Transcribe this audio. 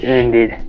indeed